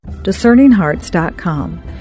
Discerninghearts.com